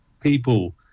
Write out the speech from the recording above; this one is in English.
people